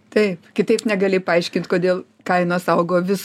tai kitaip negali paaiškint kodėl kainos augo vis